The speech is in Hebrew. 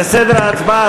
לסדר ההצבעה,